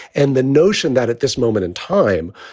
and the notion that at this moment in time,